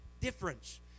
Difference